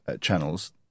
channels